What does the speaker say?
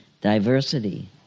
diversity